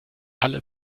alle